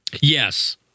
Yes